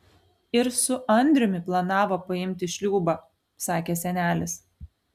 ir su andriumi planavo paimti šliūbą sakė senelis